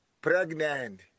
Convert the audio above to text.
pregnant